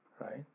Right